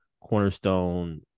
cornerstone